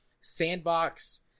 sandbox